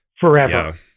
forever